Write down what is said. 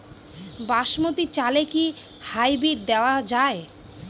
বাসমতী চালে কি হাইব্রিড দেওয়া য়ায়?